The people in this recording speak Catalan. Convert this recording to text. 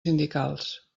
sindicals